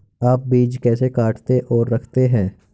आप बीज कैसे काटते और रखते हैं?